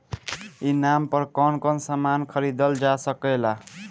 ई नाम पर कौन कौन समान खरीदल जा सकेला?